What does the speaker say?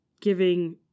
giving